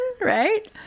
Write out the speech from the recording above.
right